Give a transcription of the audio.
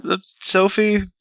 Sophie